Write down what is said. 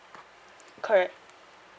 correct